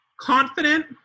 confident